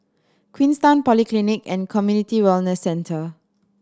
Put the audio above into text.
Queenstown Polyclinic and Community Wellness Centre